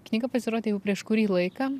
knyga pasirodė jau prieš kurį laiką